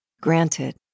Granted